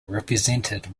represented